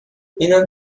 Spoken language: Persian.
اینم